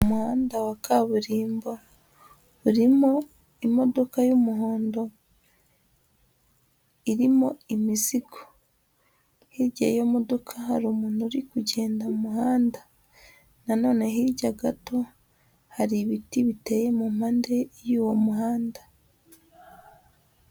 Umuhanda wa kaburimbo, urimo imodoka y'umuhondo irimo imizigo ,hirya y'iyo modoka hari umuntu uri kugenda mu muhanda, nanono hirya gato hari ibiti biteye mu mpande y'uwo muhanda.